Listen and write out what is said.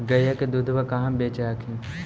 गईया के दूधबा कहा बेच हखिन?